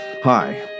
Hi